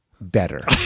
Better